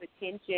attention